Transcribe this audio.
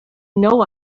know